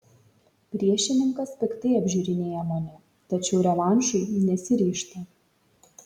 priešininkas piktai apžiūrinėja mane tačiau revanšui nesiryžta